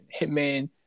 Hitman